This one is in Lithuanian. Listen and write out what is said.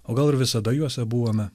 o gal ir visada juose buvome